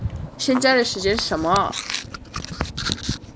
现在的时间是什么